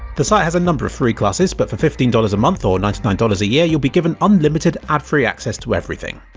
the site has a number of free classes, but for fifteen dollars a month or ninety nine dollars a year you'll be given unlimited, ad-free access to everything.